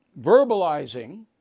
verbalizing